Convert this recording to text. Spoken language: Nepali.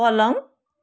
पलङ